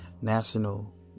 National